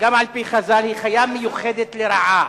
גם על-פי חז"ל, זו חיה מיוחדת לרעה.